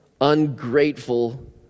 ungrateful